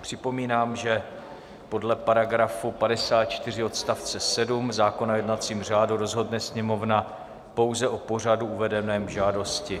Připomínám, že podle § 54 odst. 7 zákona o jednacím řádu rozhodne Sněmovna pouze o pořadu uvedeném v žádosti.